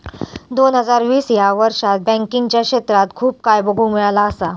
दोन हजार वीस ह्या वर्षात बँकिंगच्या क्षेत्रात खूप काय बघुक मिळाला असा